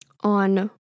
on